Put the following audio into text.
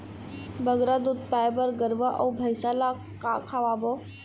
बगरा दूध पाए बर गरवा अऊ भैंसा ला का खवाबो?